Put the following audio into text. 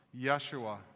Yeshua